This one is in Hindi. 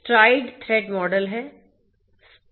तो STRIDE थ्रेट मॉडल है